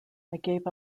gave